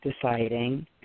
deciding